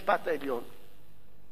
ולא המצב היום